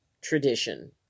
tradition